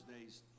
days